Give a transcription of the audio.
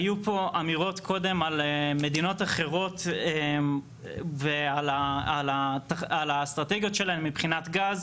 היו פה אמירות קודם על מדינות אחרות ועל האסטרטגיות שלהן מבחינת גז.